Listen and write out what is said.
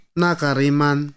nakariman